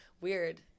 Weird